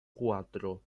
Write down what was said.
cuatro